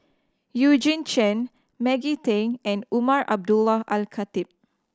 Eugene Chen Maggie Teng and Umar Abdullah Al Khatib